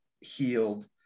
healed